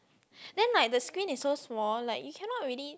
then like the screen is so small like you cannot really